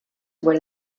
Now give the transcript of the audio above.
were